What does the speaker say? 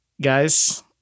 guys